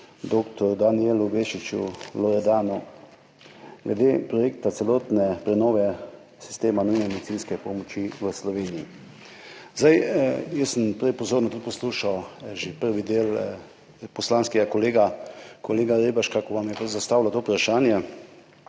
Danijela Bešiča Loredana, glede projekta celotne prenove sistema nujne medicinske pomoči v Sloveniji. Jaz sem prej pozorno poslušal že prvi del poslanskega kolega Reberška, ko vam je zastavil to vprašanje,